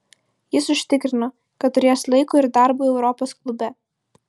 jis užtikrino kad turės laiko ir darbui europos klube